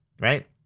right